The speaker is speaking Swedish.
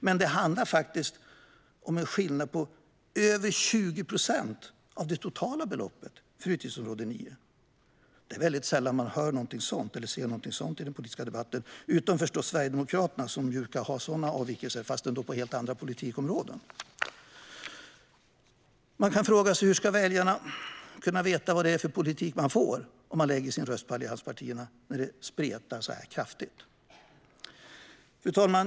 Men det är faktiskt en skillnad på över 20 procent av det totala beloppet för utgiftsområde 9. Det är sällan som man hör eller ser någonting sådant i den politiska debatten, utom förstås Sverigedemokraterna som brukar ha stora avvikelser, men på andra politikområden. Man kan fråga sig: Hur ska väljarna kunna veta vad det är för politik som man får om man lägger sin röst på allianspartierna när det spretar så kraftigt? Fru talman!